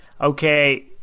okay